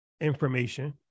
information